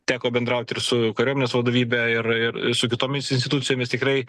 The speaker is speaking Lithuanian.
teko bendrauti ir su kariuomenės vadovybe ir ir su kitomis institucijomis tikrai